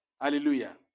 Hallelujah